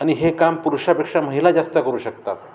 आणि हे काम पुरुषापेक्षा महिला जास्त करू शकतात